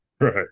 Right